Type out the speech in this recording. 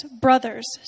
brothers